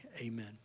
amen